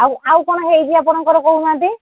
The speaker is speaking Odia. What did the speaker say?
ଆଉ ଆଉ କ'ଣ ହୋଇଛି ଆପଣଙ୍କର କହୁ ନାହାନ୍ତି